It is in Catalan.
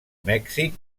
mèxic